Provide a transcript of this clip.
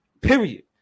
period